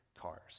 cars